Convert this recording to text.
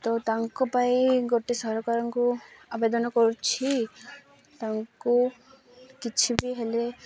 ତ ତାଙ୍କ ପାଇଁ ଗୋଟେ ସରକାରଙ୍କୁ ଆବେଦନ କରୁଛି ତାଙ୍କୁ କିଛି ବି ହେଲେ